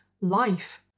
life